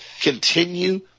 continue